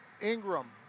Ingram